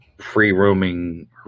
free-roaming